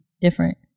different